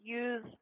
use